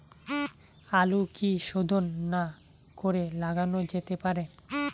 আলু কি শোধন না করে লাগানো যেতে পারে?